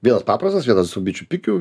vienas paprastas vienas su bičių pikiu